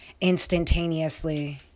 instantaneously